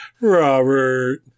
Robert